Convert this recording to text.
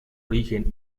origen